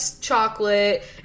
chocolate